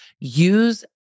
Use